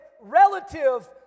relative